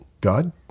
God